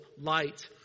light